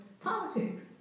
politics